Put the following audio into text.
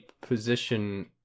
position